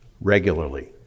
regularly